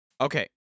Okay